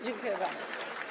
Dziękuję bardzo.